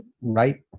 right